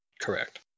Correct